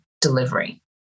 delivery